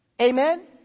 Amen